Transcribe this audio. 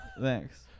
Thanks